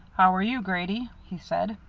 how are you, grady? he said.